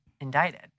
indicted